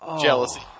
jealousy